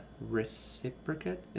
reciprocate